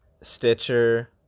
Stitcher